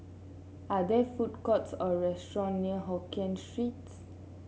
are there food courts or restaurant near Hokkien Streets